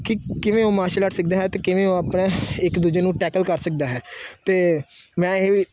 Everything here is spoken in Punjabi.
ਕਿ ਕਿਵੇਂ ਉਹ ਮਾਰਸ਼ਲ ਆਰਟਸ ਸਿੱਖਦਾ ਹੈ ਅਤੇ ਕਿਵੇਂ ਉਹ ਆਪਣਾ ਇੱਕ ਦੂਜੇ ਨੂੰ ਟੈਕਲ ਕਰ ਸਕਦਾ ਹੈ ਅਤੇ ਮੈਂ ਇਹ ਵੀ